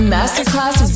Masterclass